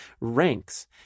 ranks